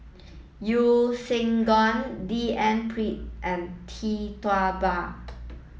Yeo Siak Goon D N Pritt and Tee Tua Ba